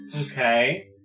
Okay